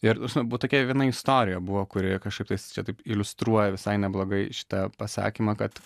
ir ta prasme buvo tokia viena istorija buvo kuri kažkaip tais čia taip iliustruoja visai neblogai šitą pasakymą kad